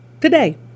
today